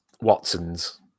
Watsons